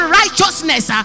righteousness